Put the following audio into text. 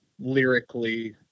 lyrically